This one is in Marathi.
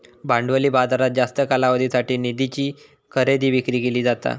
भांडवली बाजारात जास्त कालावधीसाठी निधीची खरेदी विक्री केली जाता